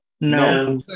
No